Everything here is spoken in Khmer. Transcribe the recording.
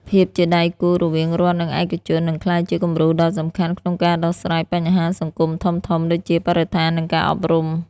ភាពជាដៃគូរវាង រដ្ឋ និងឯកជន នឹងក្លាយជាគំរូដ៏សំខាន់ក្នុងការដោះស្រាយបញ្ហាសង្គមធំៗ ដូចជាបរិស្ថាន និងការអប់រំ។